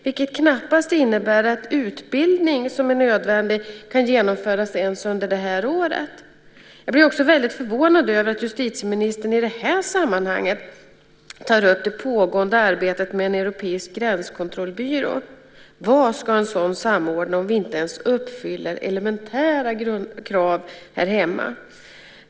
Det innebär att den utbildning som är nödvändig knappast kan genomföras ens under det här året. Jag blir också väldigt förvånad över att justitieministern i det här sammanhanget tar upp det pågående arbetet med en europeisk gränskontrollbyrå. Vad ska en sådan samordna om vi inte ens uppfyller elementära krav här hemma?